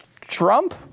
Trump